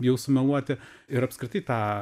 bijau sumeluoti ir apskritai tą